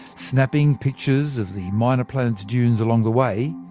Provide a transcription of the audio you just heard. snapping pictures of the minor planet's dunes along the way,